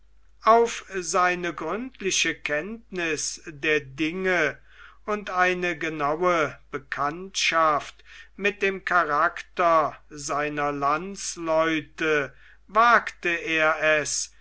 auf seine gründliche kenntniß der dinge und eine genaue bekanntschaft mit dem charakter seiner landsleute wagte er es